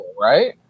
right